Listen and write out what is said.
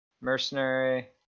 mercenary